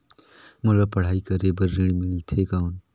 मोला पढ़ाई करे बर ऋण मिलथे कौन?